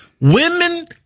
women